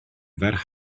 ferch